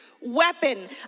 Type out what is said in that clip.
weapon